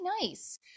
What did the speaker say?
nice